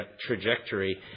trajectory